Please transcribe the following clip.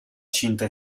cinta